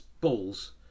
balls